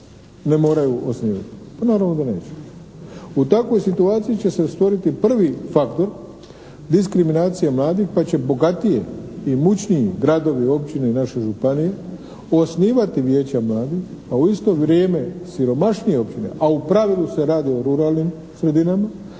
ne moraju osnivati. Pa naravno da neće. U takvoj situaciji će se stvoriti prvi faktor diskriminacije mladih pa će bogatiji i imućniji gradovi, općine i naše županije osnivati vijeća mladih a u isto vrijeme siromašnije općine, a u pravilu se radi o ruralnim sredinama,